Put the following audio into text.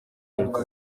aheruka